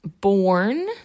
born